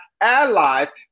allies